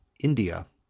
india,